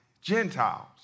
Gentiles